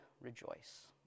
rejoice